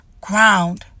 ground